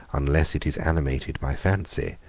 unless it is animated by fancy,